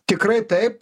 tikrai taip